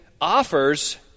offers